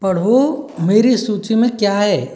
पढ़ो मेरी सूची में क्या है